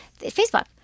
Facebook